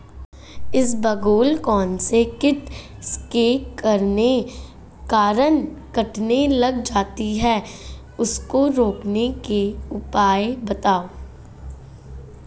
इसबगोल कौनसे कीट के कारण कटने लग जाती है उसको रोकने के उपाय बताओ?